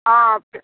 हॅं